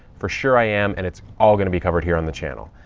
for sure i am. and it's all going to be covered here on the channel.